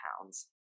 pounds